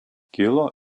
kilo